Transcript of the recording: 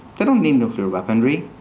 they don't need nuclear weaponry.